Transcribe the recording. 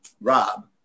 Rob